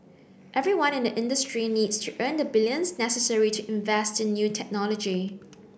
everyone in the industry needs to earn the billions necessary to invest in new technology